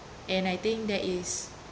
and I think that is